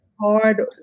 hard